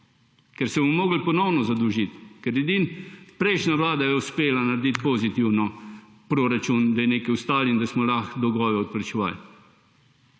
in se bomo morali ponovno zadolžiti. Edino prejšnja vlada je uspela narediti pozitiven proračun, da je nekaj ostalo in da smo lahko dolgove odplačevali.